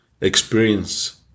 Experience